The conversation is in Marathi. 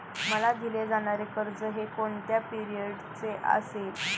मला दिले जाणारे कर्ज हे कोणत्या पिरियडचे असेल?